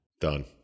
Done